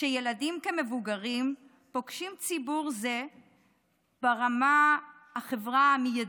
שילדים כמבוגרים פוגשים ציבור זה ברמה החברתית המיידית".